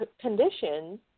conditions